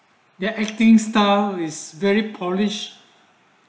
ya acting style is very polish